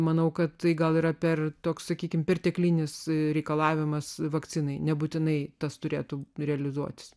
manau kad gal yra per toks sakykime perteklinis reikalavimas vakcinai nebūtinai tas turėtų realizuotis